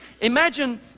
Imagine